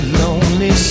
lonely